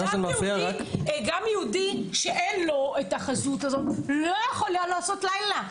גם יהודי שאין לו החזות הזאת לא יכול לעשות לילה ככה.